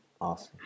Awesome